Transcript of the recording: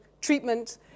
treatment